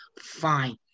fine